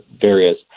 various